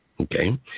Okay